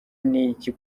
n’iki